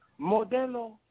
Modelo